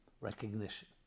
Recognition